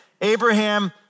Abraham